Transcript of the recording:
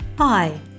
Hi